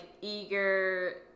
eager